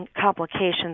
complications